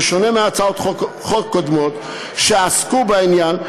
בשונה מהצעות חוק קודמות שעסקו בעניין,